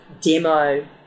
Demo